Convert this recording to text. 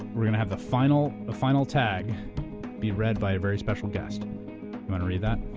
we're gonna have the final final tag be read by a very special guest. you wanna read that?